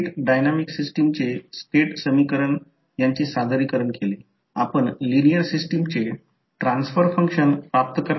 म्हणून जर असे लिहिले तर हे समीकरण असे आहे की त्या सारखेच तेच mutual inductance voltage generator frequency डोमेनमध्ये टाकत आहे